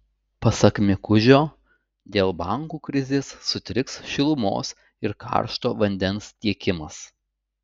pasak mikužio dėl bankų krizės sutriks šilumos ir karšto vandens tiekimas